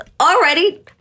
Already